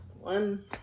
One